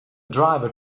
driver